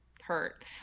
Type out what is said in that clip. hurt